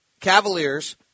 Cavaliers